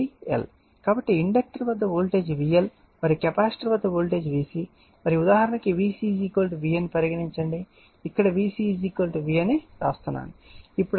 కాబట్టి ఇండక్టర్ వద్ద voltage VL మరియు కెపాసిటర్ వద్ద వోల్టేజ్ VC మరియు ఉదాహరణకి VC V అని పరిగణించండి ఇక్కడ VC V అని వ్రాస్తున్నాను